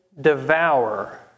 devour